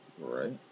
Right